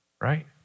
right